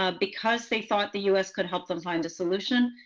ah because they thought the us could help them find a solution.